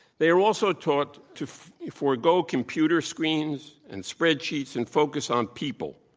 they were also taught to forego computer screens and spreadsheets and focus on people.